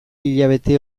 hilabete